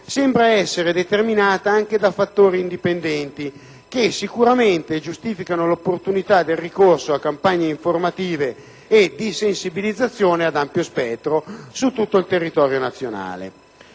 sembra essere determinata anche da fattori indipendenti, che sicuramente giustificano l'opportunità del ricorso a campagne informative e di sensibilizzazione ad ampio spettro su tutto il territorio nazionale.